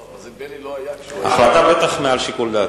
זה נדמה לי לא היה, החלטה, בטח מעל שיקול דעתי.